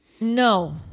no